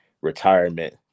retirement